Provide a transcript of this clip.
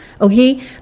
Okay